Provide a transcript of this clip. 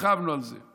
הרחבנו על זה.